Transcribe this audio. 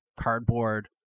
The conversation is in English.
cardboard